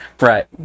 Right